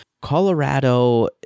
Colorado